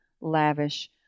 lavish